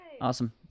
Awesome